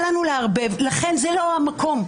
לכן זה לא המקום,